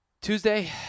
Tuesday